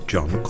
John